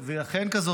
והיא אכן כזאת,